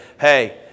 hey